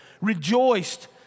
rejoiced